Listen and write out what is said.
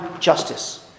justice